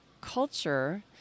culture